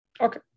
okay